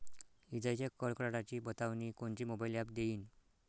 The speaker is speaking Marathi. इजाइच्या कडकडाटाची बतावनी कोनचे मोबाईल ॲप देईन?